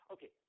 Okay